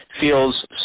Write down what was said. feels